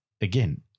again